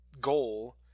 goal